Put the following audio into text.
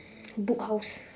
book house